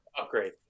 upgrade